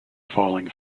falling